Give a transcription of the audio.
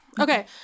Okay